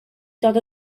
dod